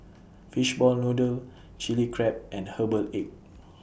Fishball Noodle Chilli Crab and Herbal Egg